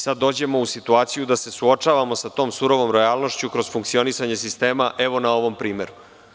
Sada dolazimo u situaciju da se suočavamo sa tom surovom realnošću kroz funkcionisanje sistema na ovom primeru.